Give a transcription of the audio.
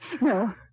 No